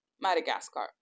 Madagascar